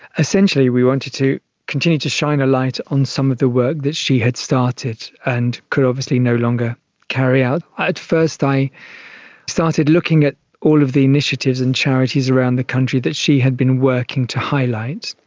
essentially we wanted to continue to shine a light on some of the work that she had started and could obviously no longer carry out. at first i started looking at all of the initiatives and charities around the country that she had been working to highlight,